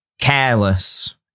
careless